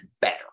better